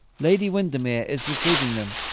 lady windermere is receiving them.